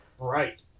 Right